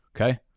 Okay